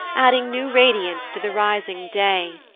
adding new radiance to the rising day.